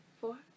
four